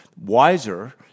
Wiser